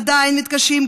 עדיין מתקשים,